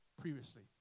previously